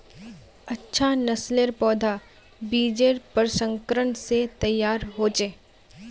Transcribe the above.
अच्छा नासलेर पौधा बिजेर प्रशंस्करण से तैयार होचे